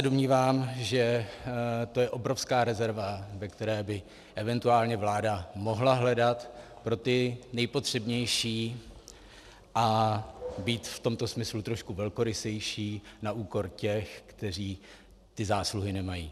Domnívám se, že to je obrovská rezerva, ve které by eventuálně vláda mohla hledat pro ty nejpotřebnější, a být v tomto smyslu trošku velkorysejší na úkor těch, kteří ty zásluhy nemají.